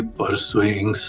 pursuing